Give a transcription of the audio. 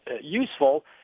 useful